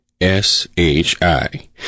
s-h-i